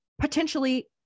potentially